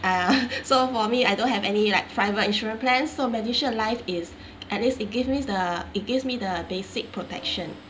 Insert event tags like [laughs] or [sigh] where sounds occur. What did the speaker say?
uh [laughs] so for me I don't have any like private insurance plan so medishield life is at least it give me the it gives me the basic protection